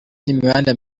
n’imihanda